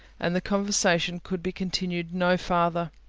and the conversation could be continued no farther.